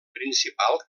principal